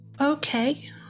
Okay